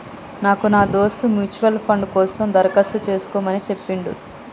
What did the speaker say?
నాకు నా దోస్త్ మ్యూచువల్ ఫండ్ కోసం దరఖాస్తు చేసుకోమని చెప్పిండు